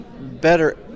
better